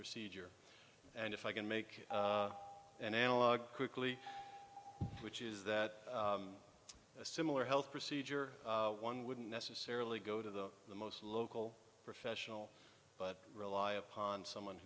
procedure and if i can make an analogue quickly which is that a similar health procedure wouldn't necessarily go to the most local professional but rely upon someone